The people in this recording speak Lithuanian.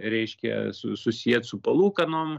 reiškia su susiet su palūkanom